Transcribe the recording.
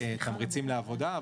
תמריצים לעבודה.